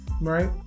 right